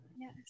Yes